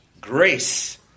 Grace